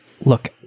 Look